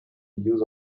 use